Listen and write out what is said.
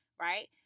right